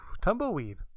tumbleweed